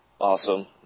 awesome